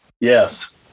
Yes